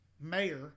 mayor